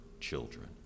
children